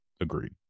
Agreed